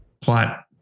plot